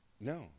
No